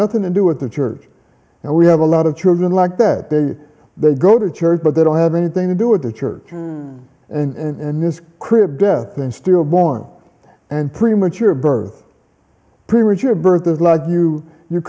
nothing to do with the church and we have a lot of children like that they they go to church but they don't have anything to do with the church and missed crib death in stillborn and premature birth premature birth is like you you